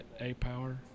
A-Power